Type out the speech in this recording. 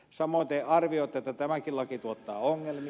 samoin te arvioitte että tämäkin laki tuottaa ongelmia